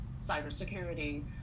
cybersecurity